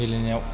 गेलेनायाव